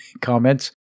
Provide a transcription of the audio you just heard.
comments